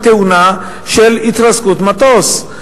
תאונה של התרסקות מטוס.